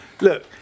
look